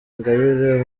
ingabire